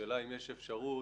השאלה היא אם יש אפשרות